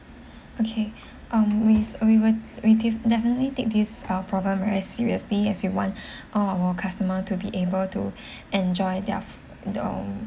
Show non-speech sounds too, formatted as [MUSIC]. okay um we we will we definitely take these uh problem very seriously as we want [BREATH] all our customer to be able to [BREATH] enjoy their the